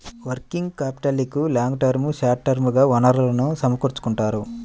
working క్యాపిటల్కి long term, short term గా వనరులను సమకూర్చుకుంటారు